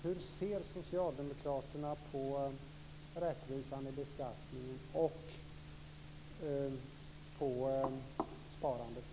Hur ser socialdemokraterna på rättvisan i beskattningen och på sparandet?